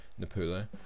Napula